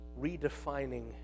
redefining